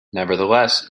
nevertheless